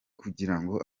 kugirango